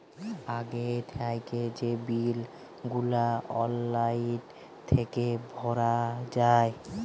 আগে থ্যাইকে যে বিল গুলা অললাইল থ্যাইকে ভরা যায়